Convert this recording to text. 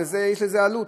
ויש לזה עלות,